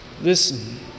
Listen